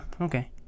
okay